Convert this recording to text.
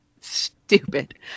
stupid